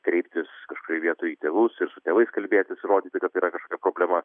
kreiptis kažkurioj vietoj į tėvus ir su tėvais kalbėtis rodyti kad yra kažkokia problema